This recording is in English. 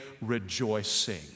rejoicing